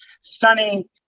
sunny